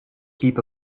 heap